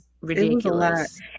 ridiculous